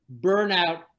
burnout